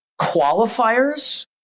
qualifiers